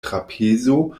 trapezo